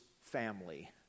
family